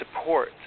support